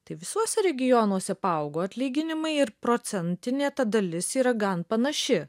tai visuose regionuose paaugo atlyginimai ir procentinė dalis yra gan panaši